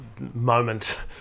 moment